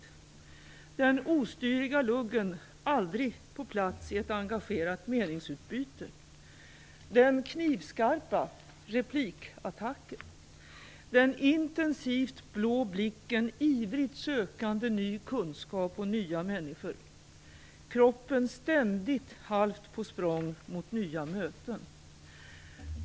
Vi minns den ostyriga luggen, aldrig på plats i ett engagerat meningsutbyte, den knivskarpa replikattacken, den intensivt blå blicken, ivrigt sökande ny kunskap och nya människor, kroppen, ständigt halvt på språng mot nya möten.